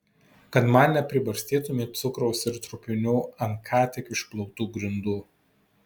kad man nepribarstytumei cukraus ir trupinių ant ką tik išplautų grindų